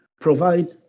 provide